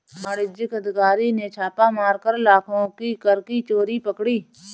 वाणिज्य कर अधिकारी ने छापा मारकर लाखों की कर की चोरी पकड़ी